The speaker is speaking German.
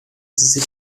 sie